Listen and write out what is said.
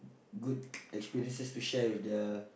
good experiences to share with their